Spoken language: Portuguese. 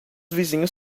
vizinhos